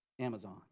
Amazon